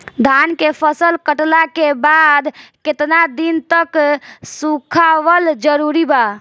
धान के फसल कटला के बाद केतना दिन तक सुखावल जरूरी बा?